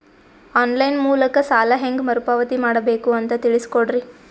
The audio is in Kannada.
ಆನ್ ಲೈನ್ ಮೂಲಕ ಸಾಲ ಹೇಂಗ ಮರುಪಾವತಿ ಮಾಡಬೇಕು ಅಂತ ತಿಳಿಸ ಕೊಡರಿ?